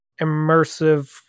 immersive